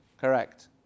Correct